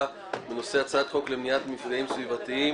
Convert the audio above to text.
בנושא: הצעת חוק למניעת מפגעים סביבתיים